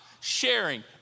sharing